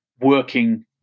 working